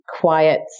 quiet